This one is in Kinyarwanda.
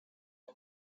com